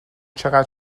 چقدر